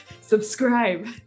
subscribe